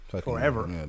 Forever